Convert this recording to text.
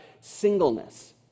singleness